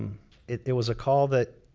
it was a call that